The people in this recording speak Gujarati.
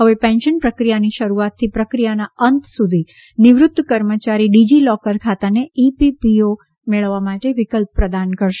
હવે પેન્શન પ્રક્રિયાની શરૂઆતથી પ્રક્રિયાના અંત સુધી નિવૃત્ત કર્મચારી ડિજિ લોકર ખાતાને ઇ પીપીઓ મેળવવા માટે વિકલ્પ પ્રદાન કરશે